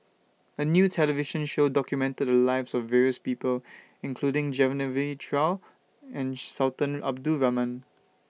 A New television Show documented The Lives of various People including Genevieve Chua and Sultan Abdul Rahman